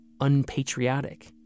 unpatriotic